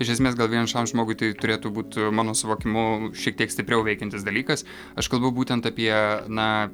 iš esmės gal vienišam žmogui tai turėtų būt mano suvokimu šiek tiek stipriau veikiantis dalykas aš kalbu būtent apie na